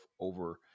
over